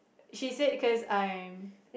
she said cause I'm